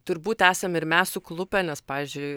turbūt esam ir mes suklupę nes pavyzdžiui